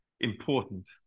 important